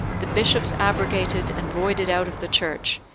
the bishops abrogated and voided out of the church,